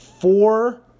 four